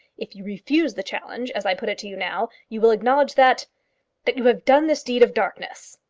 if you refuse the challenge, as i put it to you now, you will acknowledge that that you have done this deed of darkness!